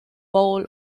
bowl